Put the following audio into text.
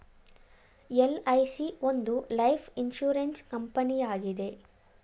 LIC ಒಂದು life insurance ಕಂಪನಿಯಾಗಿದೆ